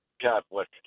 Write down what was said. Catholic